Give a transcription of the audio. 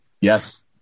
Yes